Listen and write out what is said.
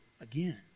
again